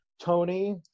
tony